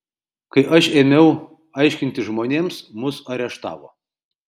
kai aš ėmiau aiškinti žmonėms mus areštavo